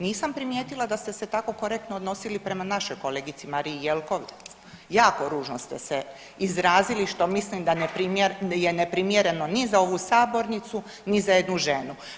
Nisam primijetila da ste se tako korektno odnosili prema našoj kolegici Mariji Jelkovac, jako ružno ste se izrazili što mislim da je neprimjereno ni za ovu sabornicu, ni za jednu ženu.